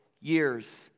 years